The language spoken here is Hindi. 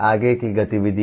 आगे की गतिविधियाँ